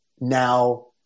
now